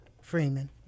Freeman